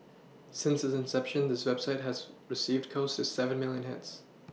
since its inception the website has received close to seven milLion hits